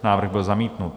Návrh byl zamítnut.